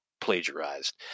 plagiarized